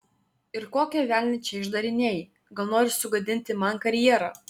ir kokį velnią čia išdarinėji gal nori sugadinti man karjerą